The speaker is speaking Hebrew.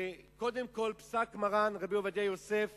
שקודם כול פסק מרן רבי עובדיה יוסף